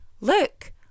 Look